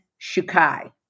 Shukai